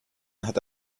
hatte